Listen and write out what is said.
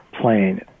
plane